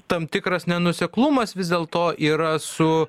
tam tikras nenuoseklumas vis dėlto yra su